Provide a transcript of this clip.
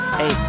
hey